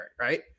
right